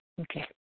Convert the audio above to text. okay